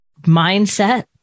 mindset